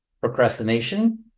procrastination